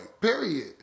Period